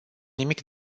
nimic